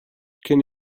can